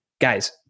guys